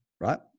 right